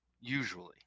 usually